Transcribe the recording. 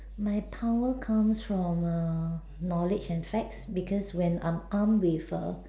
my power comes from err knowledge and facts because when I'm armed with err